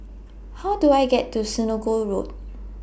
How Do I get to Senoko Road